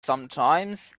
sometimes